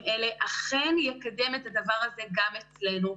אלה אכן יקדם את הדבר הזה גם אצלנו.